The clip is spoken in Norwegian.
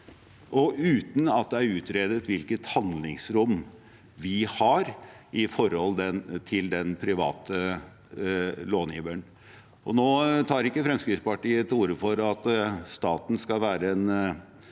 og uten at det er utredet hvilket handlingsrom vi har med hensyn til den private långiveren. Nå tar ikke Fremskrittspartiet til orde for at staten skal være en